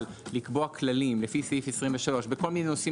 לקבוע כללים לפי סעיף 23 בכל מיני נושאים